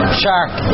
shark